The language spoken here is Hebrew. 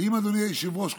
אדוני היושב-ראש,